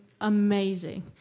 amazing